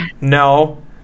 no